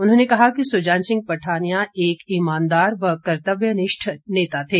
उन्होंने कहा कि सुजान सिंह पठानिया एक ईमानदार व कर्तव्यनिष्ठ नेता थे